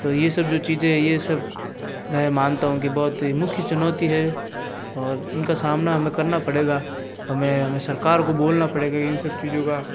तो ये सब जो चीज़ें हैं ये सब मैं मानता हूँ कि बहुत ही मुख्य चुनौती है और उनका सामना हमें करना पड़ेगा हमें हमें सरकार को बोलना पड़ेगा इन सब चीज़ों का